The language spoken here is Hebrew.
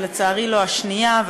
ולצערי לא השנייה,